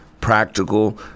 practical